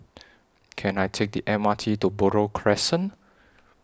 Can I Take The M R T to Buroh Crescent